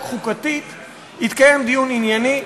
חוקתית לא יתקיים דיון ענייני,